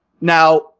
Now